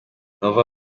nova